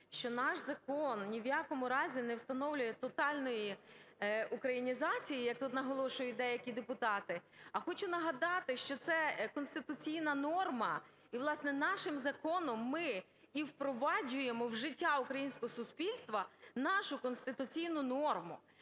що наш закон ні в якому разі не встановлює тотальної українізації, як тут наголошують деякі депутати, а хочу нагадати, що це конституційна норма. І, власне, нашим законом ми і впроваджуємо в життя українського суспільства нашу конституційну норму.